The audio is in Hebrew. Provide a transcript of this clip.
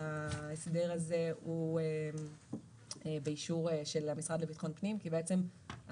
ההסדר הזה באישור של המשרד לבטחון פנים כי האינטרסנט